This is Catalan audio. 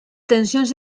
tensions